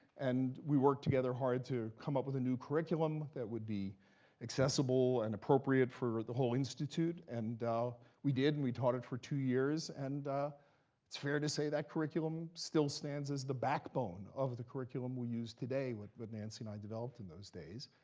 and we worked together hard to come up with a new curriculum that would be accessible and appropriate for the whole institute. and we did, and we taught it for two years. and it's fair to say that curriculum still stands as the backbone of the curriculum we use today, what but nancy and i developed in those days.